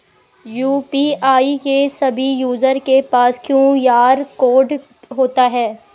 UPI के सभी user के पास क्यू.आर कोड होता है